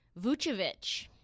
Vucevic